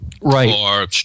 right